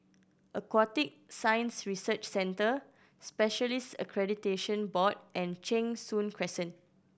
Aquatic Science Research Center Specialists Accreditation Board and Cheng Soon Crescent